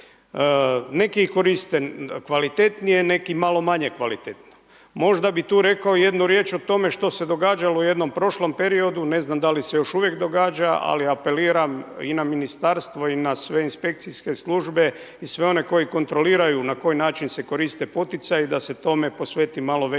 Neki koriste kvalitetnije, neki malo manje kvalitetno. Možda bih tu rekao jednu riječ o tome što se događalo u jednom prošlom periodu, ne znam da li se još uvijek događa, ali apeliram i na ministarstvo i na sve inspekcijske službe i sve one koji kontroliraju na koji način se koriste poticaji da se tome posveti malo veća